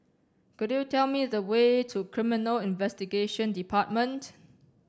could you tell me the way to Criminal Investigation Department